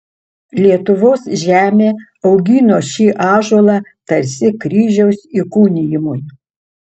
lietuvos žemė augino šį ąžuolą tarsi kryžiaus įkūnijimui